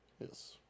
Yes